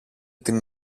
την